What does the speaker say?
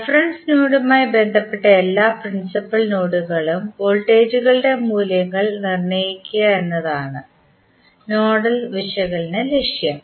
reference നോഡുമായി ബന്ധപ്പെട്ട എല്ലാ പ്രിൻസിപ്പൽ നോഡുകളിലും വോൾട്ടേജുകളുടെ മൂല്യങ്ങൾ നിർണ്ണയിക്കുക എന്നതാണ് നോഡൽ വിശകലന ലക്ഷ്യം